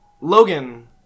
Logan